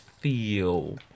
feel